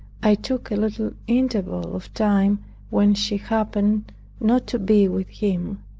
i took a little interval of time when she happened not to be with him,